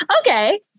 okay